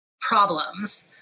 problems